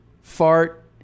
fart